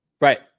Right